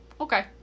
Okay